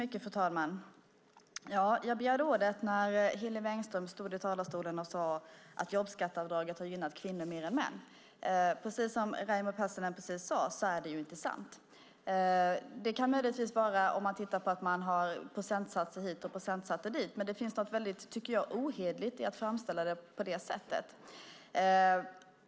Fru talman! Jag begärde ordet när Hillevi Engström stod i talarstolen och sade att jobbskatteavdraget har gynnat kvinnor mer än män. Som Raimo Pärssinen precis sade är det inte sant. Det kan möjligtvis vara om man tittar på procentsatser hit och procentsatser dit, men det finns något väldigt ohederligt i att framställa det på det sättet.